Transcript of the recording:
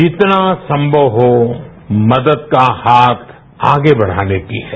जितना समर्थ हो मदद का हाथ आगे बढ़ाने की है